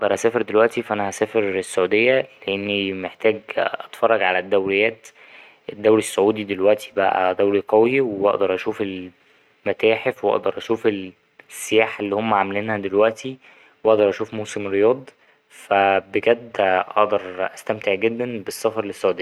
أقدر أسافر دلوقتي فا أنا هسافر السعودية لأني محتاج أتفرج على الدوريات الدوري السعودي دلوقتي بقى دوري قوي وأقدر أشوف المتاحف وأقدر أشوف السياحة اللي هما عاملينها دلوقتي وأقدر أشوف موسم الرياض فا بجد أقدر أستمتع جدا بالسفر للسعودية.